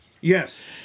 Yes